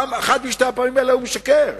באחת משתי הפעמים האלה הוא משקר.